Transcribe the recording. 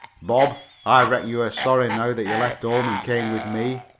bob, i reckon you are sorry now that you left home and came with me,